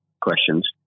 questions